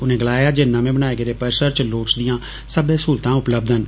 उनें गलाया जे नमें बनाए गेदे परिसर च लोड़चदियां सब्बै सहूलतां उपलब्ध न